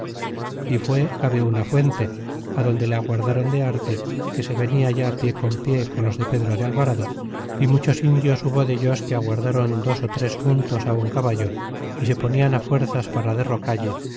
y su gente éfué cabe una fuente adonde le aguardaron de arte que se venian ya pie con pie con los de pedro de alvarado y muchos indios hubo dellos que aguardaron dos ó tres juntos un caballo y se ponian á fuerzas para derro